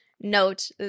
note